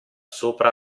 sopra